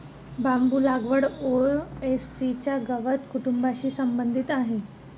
बांबू लागवड पो.ए.सी च्या गवत कुटुंबाशी संबंधित आहे